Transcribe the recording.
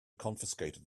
confiscated